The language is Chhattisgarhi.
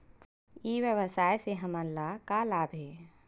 ई व्यवसाय से हमन ला का लाभ हे?